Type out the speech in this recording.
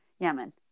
Yemen